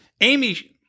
Amy